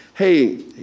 hey